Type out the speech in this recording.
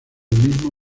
mismo